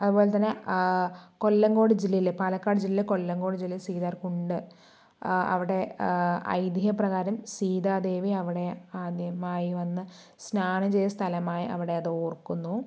അതുപോലെ തന്നെ കൊല്ലംകോട് ജില്ലയിലെ പാലക്കാട് ജില്ല കൊല്ലംകോട് ജില്ല സീതാർ കുണ്ട് അവിടെ ഐതീഹ്യ പ്രകാരം സീതാദേവി അവിടെ ആദ്യമായി വന്ന് സ്നാനം ചെയ്ത സ്ഥലമായി അവിടെ അത് ഓർക്കുന്നു